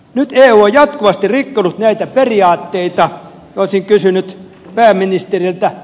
nyt eu on jatkuvasti rikkonut näitä periaatteita ja olisin kysynyt pääministeriltä